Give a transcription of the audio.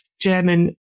German